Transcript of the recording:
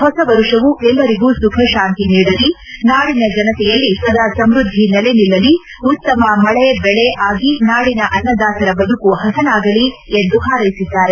ಹೊಸ ವರುಷವು ಎಲ್ಲರಿಗೂ ಸುಖ ಶಾಂತಿ ನೀಡಲಿ ನಾಡಿನ ಜನತೆಯಲ್ಲಿ ಸದಾ ಸಮೃದ್ಧಿ ನೆಲೆ ನಿಲ್ಲಲಿ ಉತ್ತಮ ಮಳೆ ಬೆಳೆ ಆಗಿ ನಾಡಿನ ಅನ್ನದಾತರ ಬದುಕು ಹಸನಾಗಲಿ ಎಂದು ಹಾರ್ನೆಸಿದ್ದಾರೆ